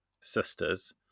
sisters